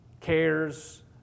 cares